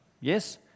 Yes